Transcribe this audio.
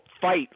fight